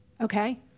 okay